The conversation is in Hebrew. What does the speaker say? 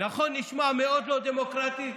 נכון נשמע מאוד לא דמוקרטי,